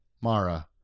Mara